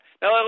now